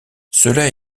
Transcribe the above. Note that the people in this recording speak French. cela